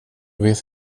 vet